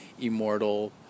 immortal